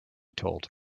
told